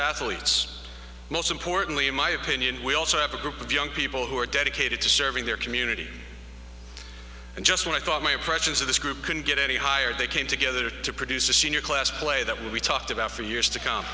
athletes most importantly in my opinion we also have a group of young people who are dedicated to serving their community and just when i thought my impressions of this group couldn't get any higher they came together to produce a senior class play that we talked about years to come